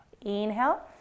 inhale